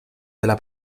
della